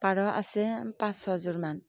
পাৰ আছে পাঁচ ছযোৰমান